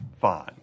fine